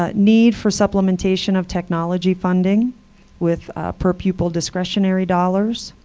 ah need for supplementation of technology funding with per pupil discretionary dollars